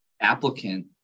applicant